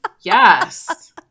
yes